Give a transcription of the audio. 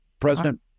President